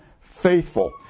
faithful